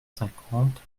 cinquante